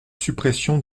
suppression